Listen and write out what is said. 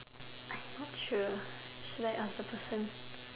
I not sure should I ask the person